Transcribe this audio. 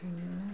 പിന്നെ